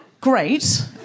Great